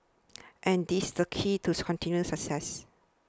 and this the key to continued success